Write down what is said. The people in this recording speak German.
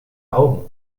augen